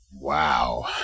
Wow